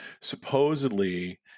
supposedly